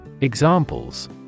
Examples